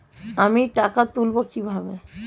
আমি টাকা তুলবো কি ভাবে?